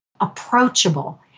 approachable